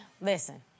listen